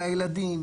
על הילדים,